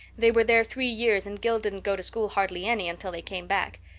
they were there three years and gil didn't go to school hardly any until they came back.